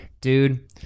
Dude